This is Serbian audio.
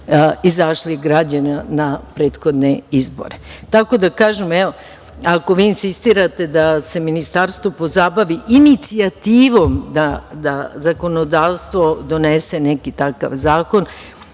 izašlih građana na prethodnim izborima. Ako vi insistirate da se ministarstvo pozabavi inicijativom da zakonodavstvo donese neki takav zakon,